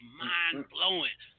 mind-blowing